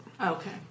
Okay